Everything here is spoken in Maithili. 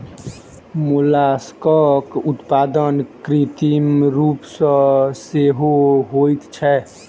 मोलास्कक उत्पादन कृत्रिम रूप सॅ सेहो होइत छै